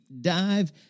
dive